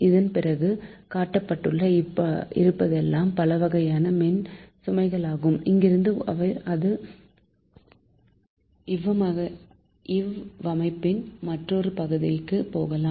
இதன் பிறகு காட்டப்பட்டு இருப்பதெல்லாம் பலவகையான மின்சுமைகளாகும் இங்கிருந்து இது இவ்வமைப்பின் மற்றோரு பகுதிக்கு போகலாம்